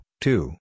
two